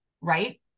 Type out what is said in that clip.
right